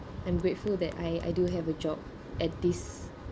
I'm grateful that I I do have a job at this